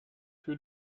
für